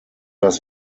das